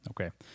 Okay